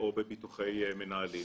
ביטוחי מנהלים.